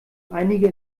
einige